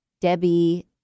debbie